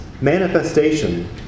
manifestation